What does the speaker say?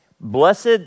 blessed